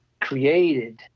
created